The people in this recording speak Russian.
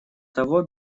того